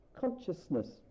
consciousness